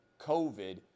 COVID